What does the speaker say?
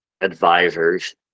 advisors